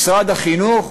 משרד החינוך,